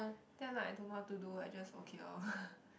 then like I don't know what to do I just okay orh